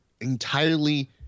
entirely